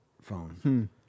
phone